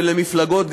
ולמפלגות,